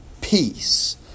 peace